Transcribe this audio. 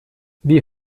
wie